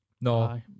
No